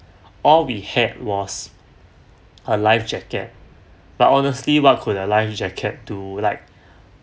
all we had was a life jacket but honestly what could a life jacket do like